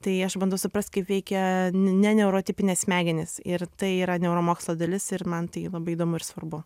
tai aš bandau suprast kaip veikia ne neurotipinės smegenys ir tai yra neuromokslo dalis ir man tai labai įdomu ir svarbu